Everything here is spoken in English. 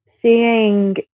Seeing